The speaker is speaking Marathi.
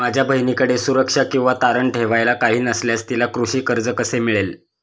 माझ्या बहिणीकडे सुरक्षा किंवा तारण ठेवायला काही नसल्यास तिला कृषी कर्ज कसे मिळेल?